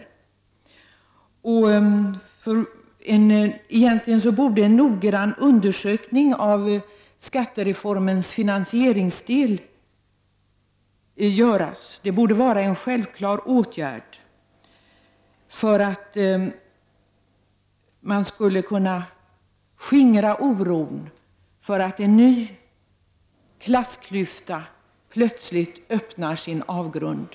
Det borde egentligen göras en noggrann undersökning av skattereformens finansieringsdel. Detta är en självklar åtgärd för att skingra oron för att en ny klassklyfta plötsligt skall öppna sin avgrund.